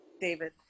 David